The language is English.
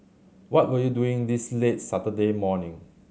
what were you doing this late Saturday morning